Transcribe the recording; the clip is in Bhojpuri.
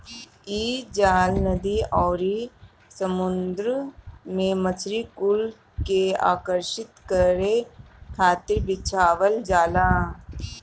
इ जाल नदी अउरी समुंदर में मछरी कुल के आकर्षित करे खातिर बिछावल जाला